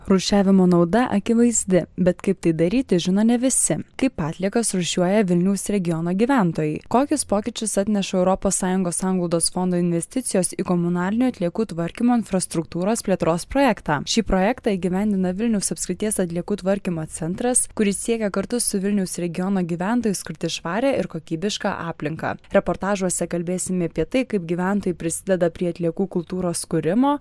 rūšiavimo nauda akivaizdi bet kaip tai daryti žino ne visi kaip atliekas rūšiuoja vilniaus regiono gyventojai kokius pokyčius atneša europos sąjungos sanglaudos fondo investicijos į komunalinių atliekų tvarkymo infrastruktūros plėtros projektą šį projektą įgyvendina vilniaus apskrities atliekų tvarkymo centras kuris siekia kartu su vilniaus regiono gyventojais kurti švarią ir kokybišką aplinką reportažuose kalbėsime apie tai kaip gyventojai prisideda prie atliekų kultūros kūrimo